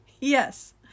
Yes